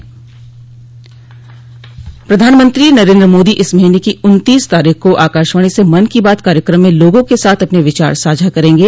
प्रधानमंत्री नरेन्द्र मोदी इस महीने की उन्तीस तारीख को आकाशवाणी से मन की बात कार्यक्रम में लोगों के साथ अपन विचार साझा करेंगे